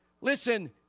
Listen